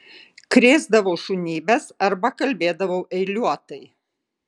krėsdavau šunybes arba kalbėdavau eiliuotai